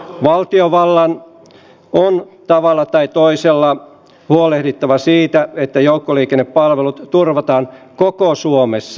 valtiovallan on tavalla tai toisella huolehdittava siitä että joukkoliikennepalvelut turvataan koko suomessa